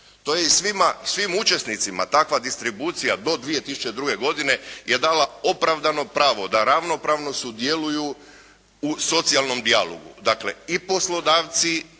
To je i svim učesnicima takva distribucija do 2002. godine je dala opravdano pravo da ravnopravno sudjeluju u socijalnom dijalogu, dakle i poslodavci